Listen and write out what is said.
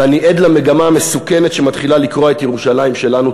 ואני עד למגמה המסוכנת שמתחילה לקרוע את ירושלים שלנו,